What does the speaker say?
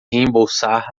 reembolsar